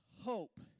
hope